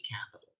capital